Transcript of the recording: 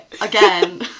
again